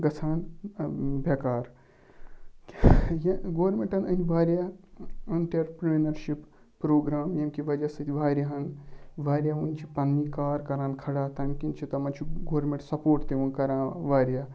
گژھان بیٚکار یہِ گورمٚنٹَن أنۍ واریاہ انٹرپرینَرشِپ پروگرام ییٚمہِ کہِ وجہ سۭتۍ واریاہَن واریاہ وٕنۍ چھِ پَنٛنی کار کَران کھڑا تَمہِ کِنۍ چھِ تمَن چھُ گورمنٹ سَپوٹ تہِ کَران واریاہ